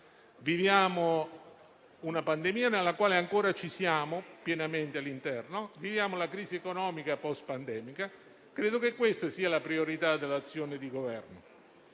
Viviamo una pandemia e vi siamo ancora pienamente all'interno. Viviamo la crisi economica post pandemica: credo che questa sia la priorità dell'azione di Governo.